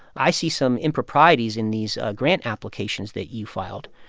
i see some improprieties in these grant applications that you filed.